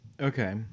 Okay